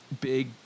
big